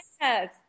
yes